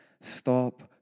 stop